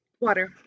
Water